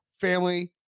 family